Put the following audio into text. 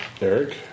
Eric